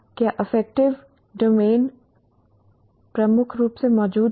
क्या affective domain क्या यह प्रमुख रूप से मौजूद है